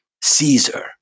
Caesar